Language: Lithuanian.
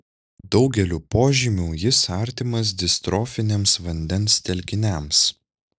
daugeliu požymių jis artimas distrofiniams vandens telkiniams